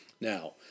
Now